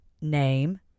name